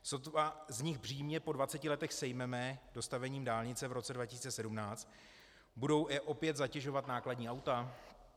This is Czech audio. Sotva z nich břímě po 20 letech sejmeme dostavením dálnice v roce 2017, budou je opět zatěžovat nákladní auta?